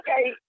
okay